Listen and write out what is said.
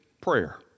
prayer